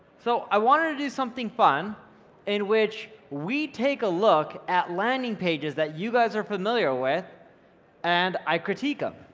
so i wanted to do something fun in which we take a look at landing pages that you are familiar with and i critique ah